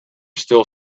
still